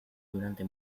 durante